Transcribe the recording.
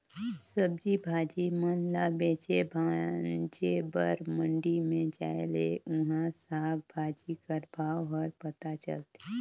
सब्जी भाजी मन ल बेचे भांजे बर मंडी में जाए ले उहां साग भाजी कर भाव हर पता चलथे